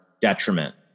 detriment